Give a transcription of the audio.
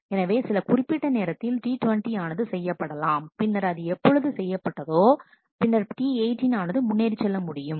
எனவே சில குறிப்பிட்ட நேரத்தில் T20 ஆனது செய்யப்படலாம் பின்னர் அது எப்பொழுது செய்யப்பட்டதோ பின்னர்T18 ஆனது முன்னேறிச் செல்ல முடியும்